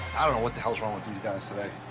i don't know what the hell's wrong with these guys today.